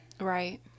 Right